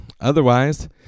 Otherwise